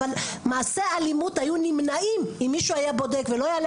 אבל מעשי האלימות היו נמנעים אם מישהו היה בודק ולא יעלה